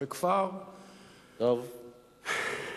תודה רבה.